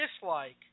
dislike